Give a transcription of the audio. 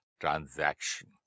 transaction